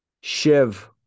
Shiv